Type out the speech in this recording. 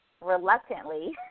reluctantly